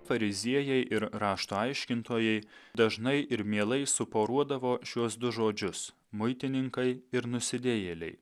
fariziejai ir rašto aiškintojai dažnai ir mielai suporuodavo šiuos du žodžius muitininkai ir nusidėjėliai